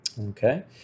Okay